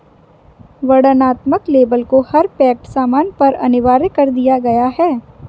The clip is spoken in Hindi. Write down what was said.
वर्णनात्मक लेबल को हर पैक्ड सामान पर अनिवार्य कर दिया गया है